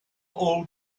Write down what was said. all